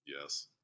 Yes